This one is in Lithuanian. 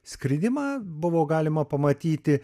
skridimą buvo galima pamatyti